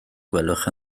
gwelwch